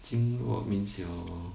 经络 means your